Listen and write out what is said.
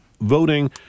voting